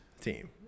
team